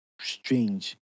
strange